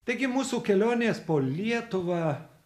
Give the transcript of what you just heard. taigi mūsų kelionės po lietuvą